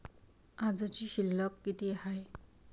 आजची शिल्लक किती हाय?